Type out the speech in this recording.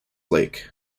lake